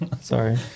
sorry